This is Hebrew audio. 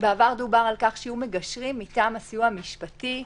בעבר דובר על כך שיהיו מגשרים מטעם הסיוע המשפטי,